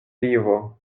vivo